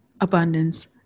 abundance